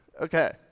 Okay